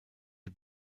die